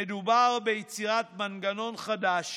"מדובר ביצירת מנגנון חדש